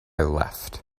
left